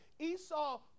Esau